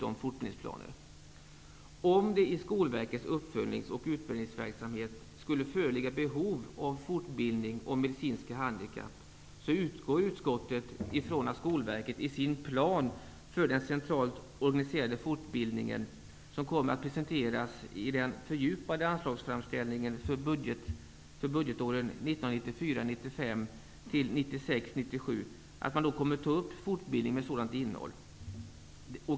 Om det i Skolverkets uppföljnings och utbildningsverksamhet skulle föreligga behov av fortbildning om medicinska handikapp, utgår utskottet från att Skolverket, i den plan för den centralt organiserade fortbildningen som kommer att presenteras i den fördjupade anslagsframställningen för budgetåren 1994 97, tar upp en fortbildning med sådant innehåll.